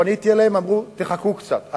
פניתי אליהם וביקשתי שיחכו קצת,